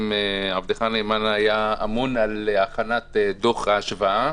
עבדך הנאמן היה אמון על הכנת דוח ההשוואה,